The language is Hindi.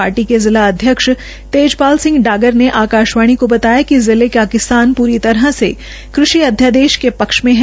पार्टी के जिला अध्यक्ष तेजपाल सिंह डागर ने आकाशवाणी को बताया कि जिले का किसान पूरी तरह से कृषि अध्यादेश के पक्ष में है